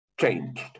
changed